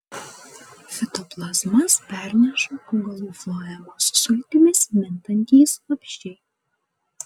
fitoplazmas perneša augalų floemos sultimis mintantys vabzdžiai